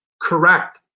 Correct